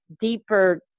deeper